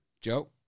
Joe